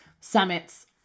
summits